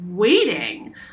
Waiting